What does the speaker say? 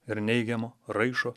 ir neigiamo raišo